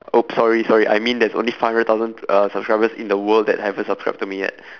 !oops! sorry sorry I mean there's only five hundred thousand uh subscribers in the world that haven't subscribe to me yet